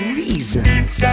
reasons